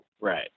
Right